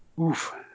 oof